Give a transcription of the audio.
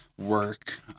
work